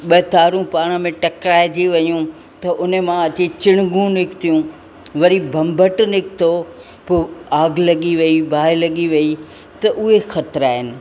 ॿ तारूं पाण में टकिराइजी वयूं त उन मां अची चिणगूं निकितियूं वरी बम्भट निकितो पोइ आगु लॻी वई बाहि लॻी वई त उहे ख़तरा आहिनि